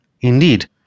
Indeed